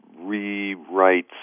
rewrites